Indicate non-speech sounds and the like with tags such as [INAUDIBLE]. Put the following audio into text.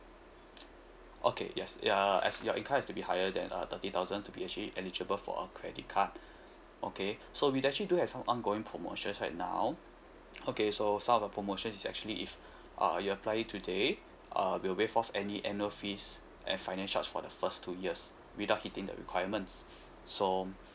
okay yes uh as your income have to be higher than a thirty thousand to be actually eligible for a credit card [BREATH] okay so we actually do have some ongoing promotions right now okay so some of the promotion is actually if [BREATH] uh you apply it today uh we will waive off any annual fees and finance charge for the first two years without hitting the requirements [BREATH] so